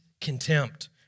contempt